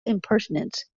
impertinence